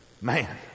Man